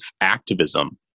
activism